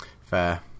Fair